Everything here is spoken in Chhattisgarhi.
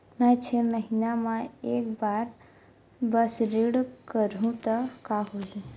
मैं छै महीना म एक बार बस ऋण करहु त का होही?